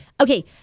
okay